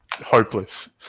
hopeless